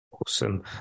Awesome